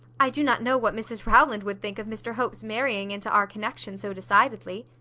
i do not know what mrs rowland would think of mr hope's marrying into our connection so decidedly.